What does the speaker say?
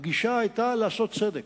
הגישה היתה לעשות צדק,